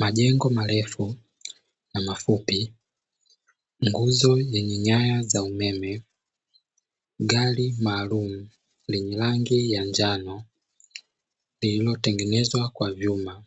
Majengo marefu na mafupi, nguzo yenye nyaya za umeme, gari maalumu lenye rangi ya njano iliyotengenezwa kwa vyuma